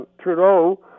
Trudeau